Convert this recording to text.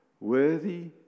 Worthy